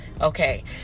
okay